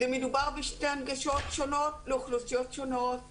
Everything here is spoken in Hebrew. מדובר בשתי הנגשות שונות לאוכלוסיות שונות,